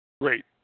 Great